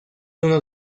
uno